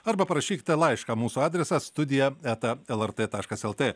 arba parašykite laišką mūsų adresas studija eta lrt taškas lt